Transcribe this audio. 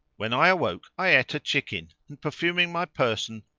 when i awoke i ate a chicken and, perfuming my person,